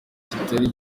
kitari